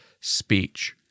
speech